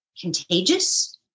contagious